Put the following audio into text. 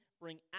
Bring